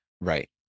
Right